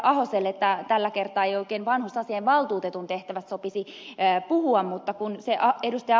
ahoselle että tällä kertaa ei oikein vanhusasiainvaltuutetun tehtävästä sopisi puhua mutta kun se ed